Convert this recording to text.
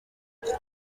some